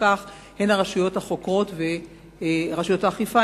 כך הן הרשויות החוקרות ורשויות האכיפה,